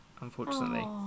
unfortunately